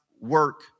work